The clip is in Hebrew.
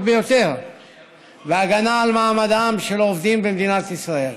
ביותר להגנה על מעמדם של עובדים במדינת ישראל.